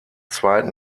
zweiten